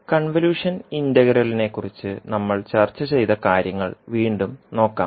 convolution ഇന്റഗ്രലിനെക്കുറിച്ച് നമ്മൾ ചർച്ച ചെയ്ത കാര്യങ്ങൾ വീണ്ടും നോക്കാം